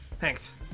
Thanks